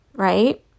Right